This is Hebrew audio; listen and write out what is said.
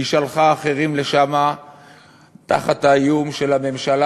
היא שלחה אחרים לשם תחת האיום של הממשלה